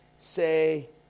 say